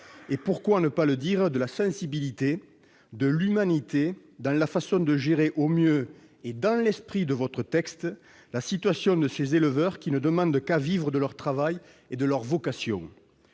et- pourquoi ne pas le dire ? -de sensibilité et même d'humanité dans la façon de gérer au mieux, et dans l'esprit de votre texte, la situation de ces éleveurs qui ne demandent qu'à vivre de leur travail et de leur vocation.